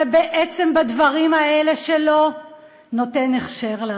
ובעצם בדברים האלה שלו נותן הכשר להסתה.